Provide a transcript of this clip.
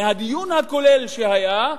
לנוכח הדיון הכולל שהיה,